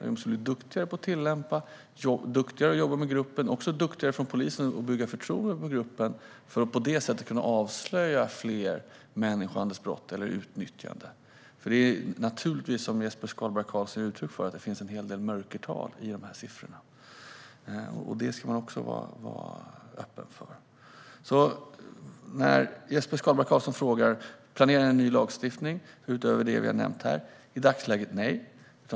Man måste bli duktigare på att tillämpa lagen och på att jobba med gruppen. Polisen måste också bli duktigare på att bygga upp ett förtroende hos gruppen för att på det sättet kunna avslöja fler människohandelsbrott eller fall av utnyttjande, för som Jesper Skalberg Karlsson säger finns det en hel del mörkertal i de här siffrorna. Det ska man också vara medveten om. På Jesper Skalberg Karlssons fråga om vi planerar ny lagstiftning är svaret utöver det jag har nämnt här i dagsläget nej.